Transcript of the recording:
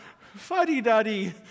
fuddy-duddy